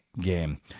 game